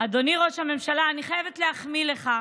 אדוני ראש הממשלה, אני חייבת להחמיא לך: